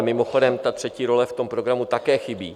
Mimochodem, třetí role v tom programu také chybí.